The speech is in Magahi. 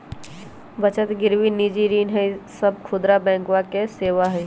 बचत गिरवी निजी ऋण ई सब खुदरा बैंकवा के सेवा हई